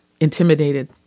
intimidated